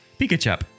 Pikachu